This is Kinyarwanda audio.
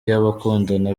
y’abakundana